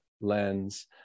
lens